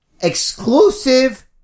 Exclusive